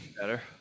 better